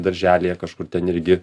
darželyje kažkur ten irgi